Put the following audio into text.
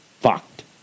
fucked